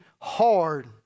hard